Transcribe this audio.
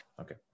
Okay